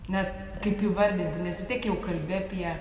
net kaip įvardinti nes vis tiek jau kalbi apie